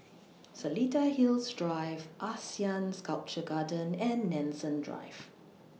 Seletar Hills Drive Asean Sculpture Garden and Nanson Drive